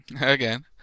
Again